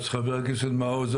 חבר הכנסת מעוז,